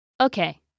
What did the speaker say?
Okay